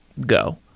go